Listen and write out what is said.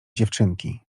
dziewczynki